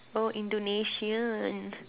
oh Indonesian